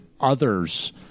others